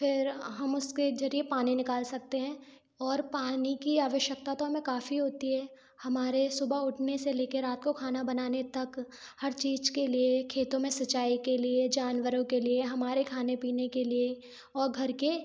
फिर हम उसके जरिए पानी निकाल सकते हैं और पानी की आवश्यकता तो हमें काफ़ी होती है हमारे सुबह उठने से ले के रात को खाना बनाने तक हर चीज के लिए एक खेतो में सिचाई के लिए जानवरों के लिए हमारे खाने पीने के लिए और घर के